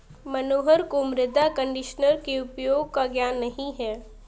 मनोहर को मृदा कंडीशनर के उपयोग का ज्ञान नहीं है